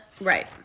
right